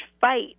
fight